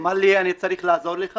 היועץ המשפטי אמר לי: "אני צריך לעזור לך